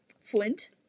Flint